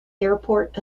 airport